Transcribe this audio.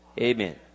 Amen